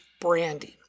branding